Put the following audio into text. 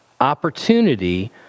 opportunity